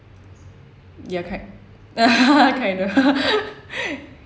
ya correct kinda